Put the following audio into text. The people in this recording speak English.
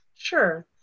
Sure